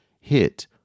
hit